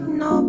no